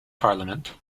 parliament